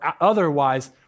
otherwise